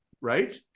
Right